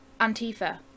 Antifa